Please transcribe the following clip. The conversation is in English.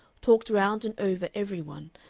talked round and over every one,